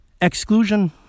exclusion